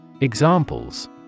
Examples